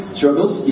struggles